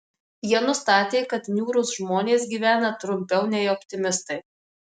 jie nustatė kad niūrūs žmonės gyvena trumpiau nei optimistai